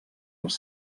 els